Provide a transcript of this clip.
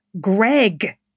Greg